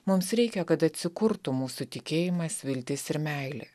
mums reikia kad atsikurtų mūsų tikėjimas viltis ir meilė